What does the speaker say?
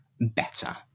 better